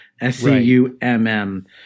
s-c-u-m-m